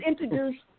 introduce